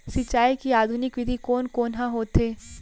सिंचाई के आधुनिक विधि कोन कोन ह होथे?